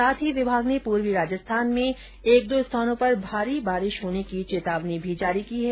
साथ ही विमाग ने पूर्वी राजस्थान में एक दो स्थानों पर भारी बारिश होने की चेतावनी भी जारी की है